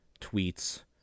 tweets